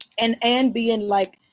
and and be in, like,